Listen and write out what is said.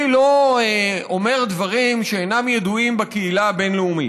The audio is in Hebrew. אני לא אומר דברים שאינם ידועים בקהילה הבין-לאומית,